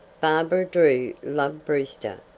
barbara drew loved brewster,